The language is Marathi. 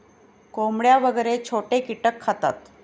कोंबड्या वगैरे छोटे कीटक खातात